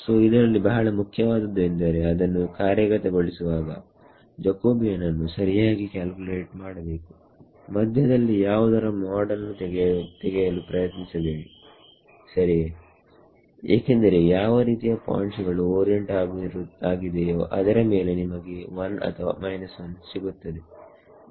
ಸೋಇದರಲ್ಲಿ ಬಹಳ ಮುಖ್ಯವಾದದ್ದು ಎಂದರೆ ಅದನ್ನು ಕಾರ್ಯಗತಗೊಳಿಸುವಾಗ ಜಕೋಬಿಯನ್ ಅನ್ನು ಸರಿಯಾಗಿ ಕ್ಯಾಲ್ಕುಲೇಟ್ ಮಾಡಬೇಕು ಮಧ್ಯದಲ್ಲಿ ಯಾವುದರ ಮಾಡ್ ಅನ್ನು ತೆಗೆಯಲು ಪ್ರಯತ್ನಿಸಬೇಡಿ ಸರಿಯಾಏಕೆಂದರೆ ಯಾವ ರೀತಿ ಪಾಯಿಂಟ್ಸ್ ಗಳು ಓರಿಯೆಂಟ್ ಆಗಿದೆಯೋ ಅದರ ಮೇಲೆ ನಿಮಗೆ 1 ಅಥವಾ 1 ಸಿಗುತ್ತದೆ